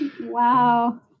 Wow